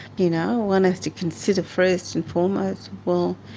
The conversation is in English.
you know, one has to consider first and foremost, well,